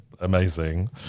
amazing